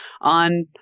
on